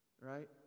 right